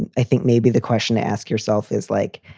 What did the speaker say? and i think maybe the question to ask yourself is like,